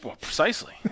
precisely